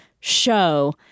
Show